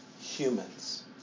humans